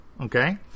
Okay